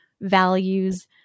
values